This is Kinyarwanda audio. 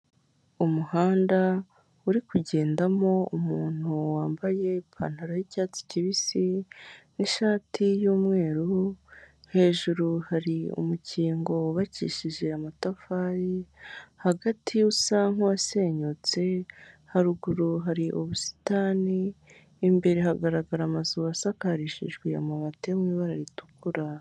Umuhanda uri kugendamo umuntu wambaye ipantaro y'icyatsi kibisi n'ishati y'umweru hejuru hari umukingo wubakishije amatafari, hagati usa nk'uwasenyutse, haruguru hari ubusitani, imbere hagaragara amazu asakarishijejwe amabati yo mu ibara ritukura.